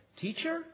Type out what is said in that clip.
teacher